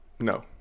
No